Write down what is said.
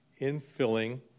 infilling